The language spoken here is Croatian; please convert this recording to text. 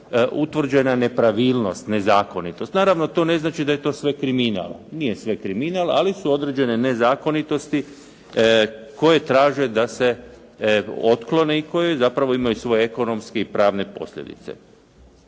slučajeva utvrđena nepravilnost, nezakonitost. Naravno to ne znači da je sve kriminal. Nije sve kriminal, ali su određene nezakonitosti koje traže da se otklone i koje zapravo imaju svoje ekonomske i pravne posljedice.